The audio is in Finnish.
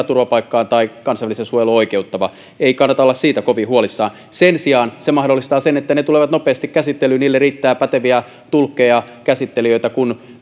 turvapaikkaan tai kansalliseen suojeluun oikeuttava ei kannata olla siitä kovin huolissaan sen sijaan tämä mahdollistaa sen että asiat tulevat nopeasti käsittelyyn niille riittää päteviä tulkkeja käsittelijöitä kun